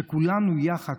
שכולנו יחד,